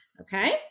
Okay